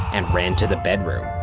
and ran to the bedroom.